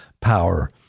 power